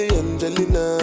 angelina